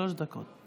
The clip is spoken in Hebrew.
שלוש דקות.